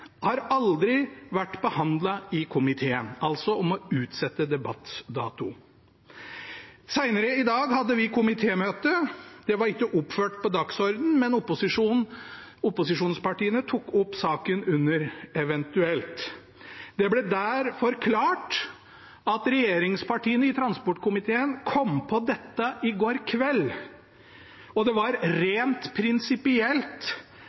har aldri vært behandlet i komiteen – altså om å utsette debattdato. Senere i dag hadde vi komitémøte. Det var ikke oppført på dagsordenen, men opposisjonspartiene tok opp saken under eventuelt. Det ble der forklart at regjeringspartiene i transportkomiteen kom på dette i går kveld, og det var